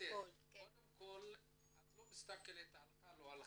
לא משנה אם היא הלכה או לא,